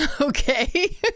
Okay